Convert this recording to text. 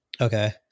Okay